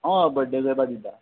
ऑ बड्डे करपा दिता